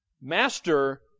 Master